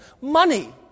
money